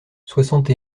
soixante